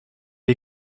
les